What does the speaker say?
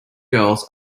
girls